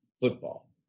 football